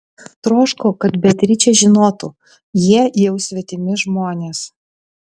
troško kad beatričė žinotų jie jau svetimi žmonės